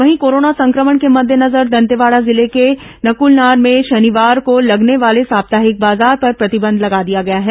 वहीं कोरोना संक्रमण के मद्देनजर दंतेवाडा जिले के नकलनार में शनिवार को लगने वाले साप्ताहिक बाजार पर प्रतिबंध लगा दिया गया है